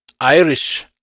Irish